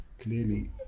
clearly